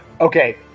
Okay